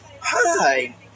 hi